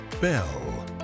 Bell